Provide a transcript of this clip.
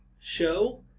show